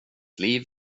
liv